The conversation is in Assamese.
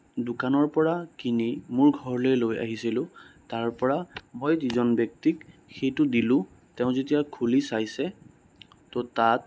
দোকানৰ পৰা কিনি মোৰ ঘৰলৈ লৈ আহিছিলোঁ তাৰপৰা মই যিজন ব্যক্তিক সেইটো দিলোঁ তেওঁ যেতিয়া খুলি চাইছে তো তাত